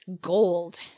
gold